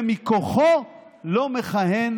ומכוחו לא מכהן